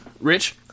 Rich